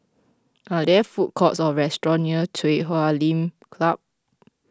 are there food courts or restaurants near Chui Huay Lim Club